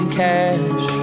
cash